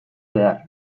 behar